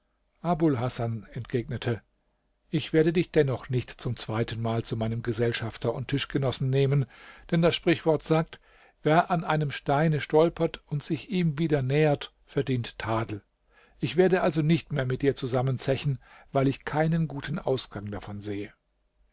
hasan entgegnete ich werde dich dennoch nicht zum zweitenmal zu meinem gesellschafter und tischgenossen nehmen denn das sprichwort sagt wer an einem steine stolpert und sich ihm wieder nähert verdient tadel ich werde also nicht mehr mit dir zusammen zechen weil ich keinen guten ausgang davon sehe